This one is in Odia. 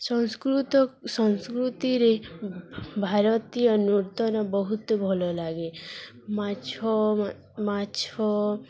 ସଂସ୍କୃତ ସଂସ୍କୃତିରେ ଭାରତୀୟ ନୂର୍ତନ ବହୁତ ଭଲ ଲାଗେ ମାଛ ମାଛ